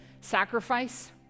sacrifice